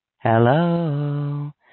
hello